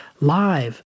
live